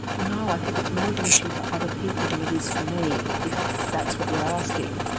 no. i think it's more of an issue for other people than it is for me, if that's what you're asking.